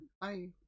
Bye